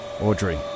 Audrey